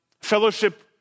fellowship